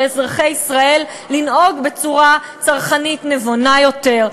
לאזרחי ישראל לנהוג בצורה צרכנית נבונה יותר,